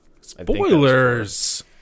Spoilers